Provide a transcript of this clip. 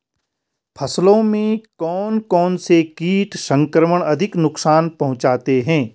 फसलों में कौन कौन से कीट संक्रमण अधिक नुकसान पहुंचाते हैं?